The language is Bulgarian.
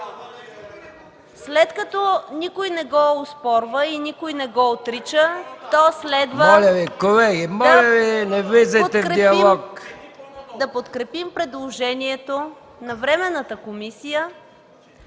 След като никой не го оспорва и никой не го отрича то следва да подкрепим предложението на Временната комисия